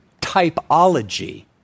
typology